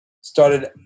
started